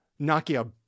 Nokia